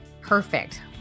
Perfect